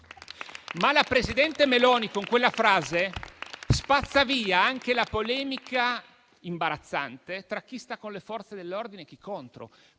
Ma il presidente Meloni, con quella frase, spazza via anche la polemica imbarazzante tra chi sta con le Forze dell'ordine e chi contro.